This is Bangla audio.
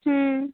হুম